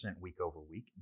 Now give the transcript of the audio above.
week-over-week